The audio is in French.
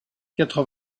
quatre